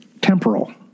temporal